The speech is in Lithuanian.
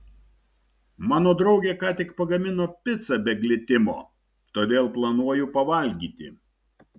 mano draugė ką tik pagamino picą be glitimo todėl planuoju pavalgyti